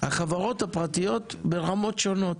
החברות הפרטיות ברמות שונות.